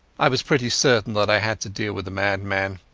i was pretty certain that i had to deal with a madman.